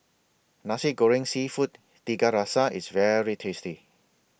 Nasi Goreng Seafood Tiga Rasa IS very tasty